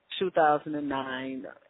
2009